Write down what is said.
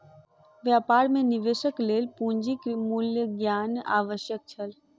व्यापार मे निवेशक लेल पूंजीक मूल्य ज्ञान आवश्यक छल